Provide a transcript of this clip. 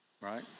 right